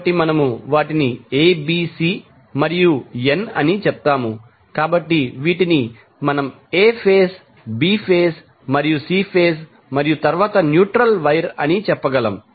కాబట్టి మనము వాటిని ABC మరియు n అని చెప్తాము కాబట్టి వీటిని మనం A ఫేజ్ B ఫేజ్ మరియు C ఫేజ్ మరియు తరువాత న్యూట్రల్ వైర్ అని చెప్పగలం